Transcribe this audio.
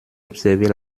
observer